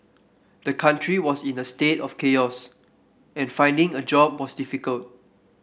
the country was in a state of chaos and finding a job was difficult